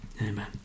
amen